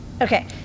Okay